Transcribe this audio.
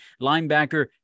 linebacker